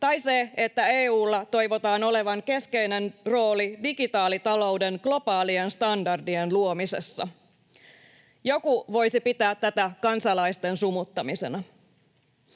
tai se, että EU:lla toivotaan olevan keskeinen rooli digitaalitalouden globaalien standardien luomisessa. Joku voisi pitää tätä kansalaisten sumuttamisena.